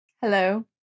Hello